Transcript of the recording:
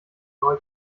neu